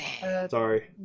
Sorry